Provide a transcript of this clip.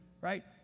right